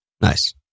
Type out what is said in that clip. Nice